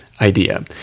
idea